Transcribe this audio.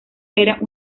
era